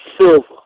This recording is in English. Silver